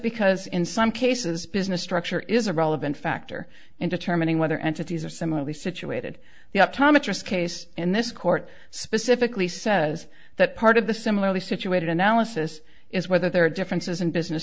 because in some cases business structure is a relevant factor in determining whether entities are similarly situated the optometrists case in this court specifically says that part of the similarly situated analysis is whether there are differences in business